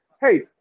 Hey